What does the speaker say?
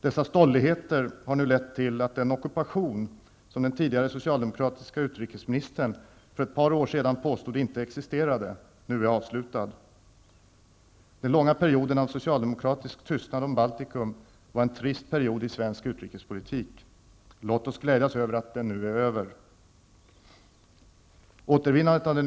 Dessa ''stolligheter'' har nu lett till att den ockupation, som den tidigare socialdemokratiske utrikesministern för ett par år sedan påstod inte existerade, nu är avslutad. Den långa perioden av socialdemokratisk tystnad om Baltikum var en trist period i svensk utrikespolitik. Låt oss glädjas över att den nu är över.